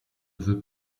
veut